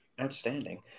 outstanding